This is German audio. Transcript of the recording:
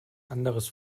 anderes